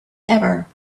ever